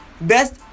best